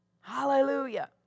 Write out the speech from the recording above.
Hallelujah